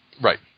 Right